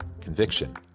conviction